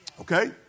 Okay